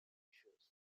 issues